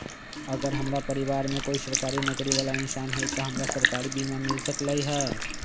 अगर हमरा परिवार में कोई सरकारी नौकरी बाला इंसान हई त हमरा सरकारी बीमा मिल सकलई ह?